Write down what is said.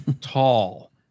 Tall